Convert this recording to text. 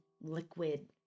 liquid